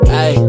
Hey